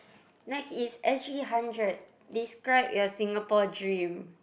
next is S_G hundred describe your Singapore dream